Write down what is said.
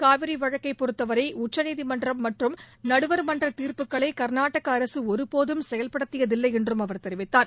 காவிரி வழக்கைப் பொறுத்தவரை உச்சநீதிமன்றம் மற்றும் நடுவர் மன்றத் தீர்ப்புகளை கர்நாடக அரசு ஒருபோதும் செயல்படுத்தியதில்லை என்றும் அவர் தெரிவித்தார்